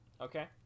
okay